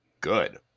good